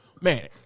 man